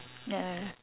no